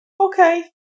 Okay